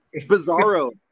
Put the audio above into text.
Bizarro